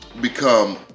become